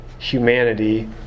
Humanity